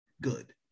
good